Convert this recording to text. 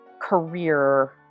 career